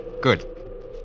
good